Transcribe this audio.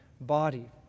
body